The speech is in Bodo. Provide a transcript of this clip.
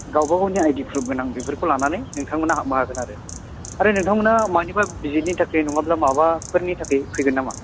गावबा गावनि आइडि प्रुफ गोनां बेफोरखौ लानानै नोंथांमोना हाबनो हागोन आरो आरो नोंथांमोना मानिबा भिजिटनि थाखाय नङाब्ला माबाफोरनि थाखाय फैगोन नामा